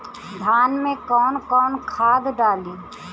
धान में कौन कौनखाद डाली?